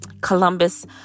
Columbus